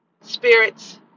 spirits